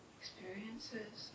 experiences